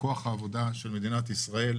בכוח העבודה של מדינת ישראל.